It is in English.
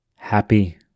Happy